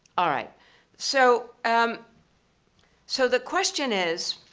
all right, so, um so the question is,